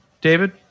David